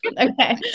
Okay